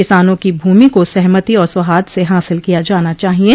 किसानों की भूमि को सहमति और सौहार्द से हासिल किया जाना चाहिये